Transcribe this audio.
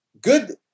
good